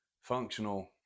functional